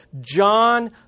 John